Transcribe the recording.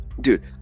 Dude